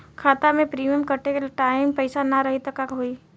खाता मे प्रीमियम कटे के टाइम पैसा ना रही त का होई?